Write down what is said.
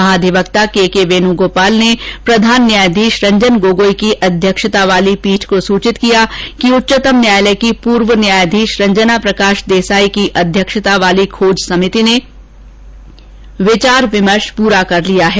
महाधिवक्ता K K Venugopal ने प्रधान न्यायाधीश रंजन गोगोई की अध्यक्षता वाली पीठ को सूचित किया कि उच्चतम न्यायालय की पूर्व न्यायाधीश रंजना प्रकाश देसाई की अध्यक्षता वाली खोज समिति ने विचार विमर्श पूरा कर लिया है